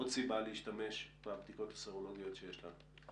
עוד סיבה להשתמש בבדיקות הסרולוגיות שיש לנו.